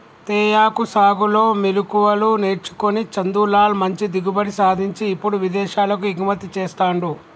తేయాకు సాగులో మెళుకువలు నేర్చుకొని చందులాల్ మంచి దిగుబడి సాధించి ఇప్పుడు విదేశాలకు ఎగుమతి చెస్తాండు